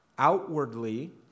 outwardly